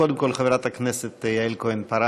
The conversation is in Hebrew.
קודם כול, חברת הכנסת יעל כהן-פארן.